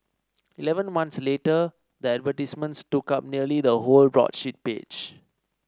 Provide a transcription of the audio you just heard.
eleven months later the advertisements took up nearly the whole broadsheet page